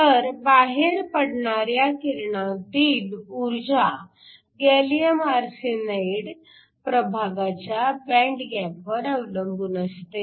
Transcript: तर बाहेर पडणाऱ्या किरणांतील ऊर्जा गॅलीअम आरसेनाईड प्रभागाच्या बँड गॅपवर अवलंबून असते